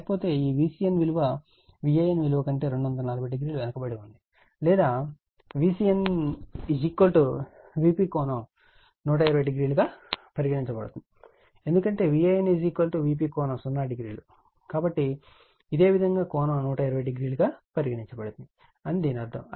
లేకపోతే ఈ Vcn విలువ Van విలువ కంటే 240o వెనుకబడి ఉంది లేదా Vcn Vp∠1200 గా పరిగణించబడుతుంది ఎందుకంటే Van Vp ∠00 కాబట్టి ఇదే విధంగా కోణం 120o గా పరిగణింపబడింది అని దీని అర్థం